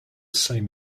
same